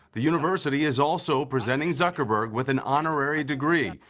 the university is also presenting zuckerberg with an honorary degree,